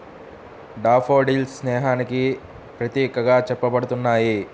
daffodils స్నేహానికి ప్రతీకగా చెప్పబడుతున్నాయి